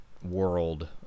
world